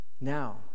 Now